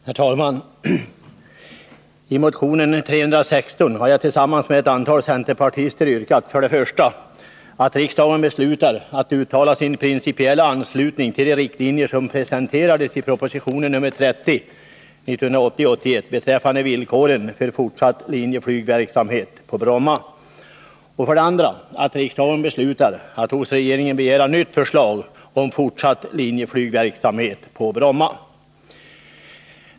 Herr talman! I motion 316 har jag tillsammans med ett antal centerpartister yrkat 2. att riksdagen beslutar att hos regeringen begära nytt förslag om fortsatt linjeflygsverksamhet på Bromma.